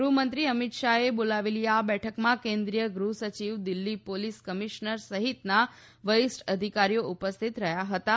ગૃહમંત્રી અમીત શાહએ બોલાવેલી આ બેઠકમાં કેન્દ્રીય ગૃહસચિવ દિલ્ફી પોલીસ કમીશનર સહિતનાં વરિષ્ઠ અધિકારીઓ ઉપસ્થિત રહ્યા હતાં